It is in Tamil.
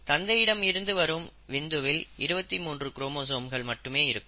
தந்தையிடம் இருந்து வரும் விந்துவில் 23 குரோமோசோம்கள் மட்டுமே இருக்கும்